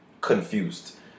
confused